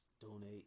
donate